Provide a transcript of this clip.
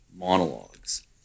monologues